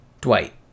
dwight